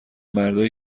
مردایی